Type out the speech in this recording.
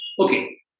Okay